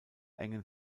engen